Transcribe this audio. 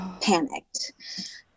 panicked